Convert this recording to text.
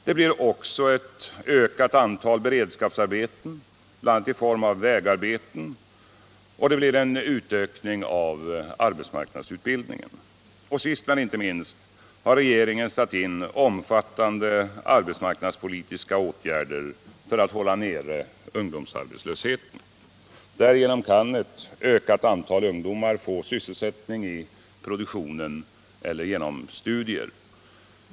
Det blir också ett ökat antal beredskapsarbeten, bl.a. i form av vägarbeten, och en utökning av arbetsmarknadsutbildningen. Sist men inte minst har regeringen satt in omfattande arbetsmarknadspolitiska åtgärder för att hålla nere ung domsarbetslösheten. Därigenom kan ett ökat antal ungdomar få sysselsättning i produktionen eller genom studier.